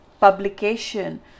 publication